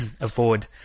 afford